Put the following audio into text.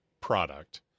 product